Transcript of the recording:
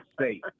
state